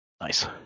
Nice